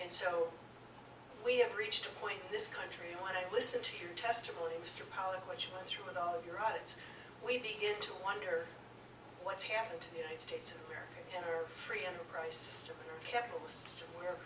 and so we have reached a point in this countryh and when i listen to your testimony mr hpollock what you went through with all of your auditsh we begin to wonder what's happened to the united states of america in our free enterprise system and our capitalist system where